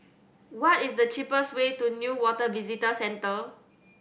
what is the cheapest way to Newater Visitor Centre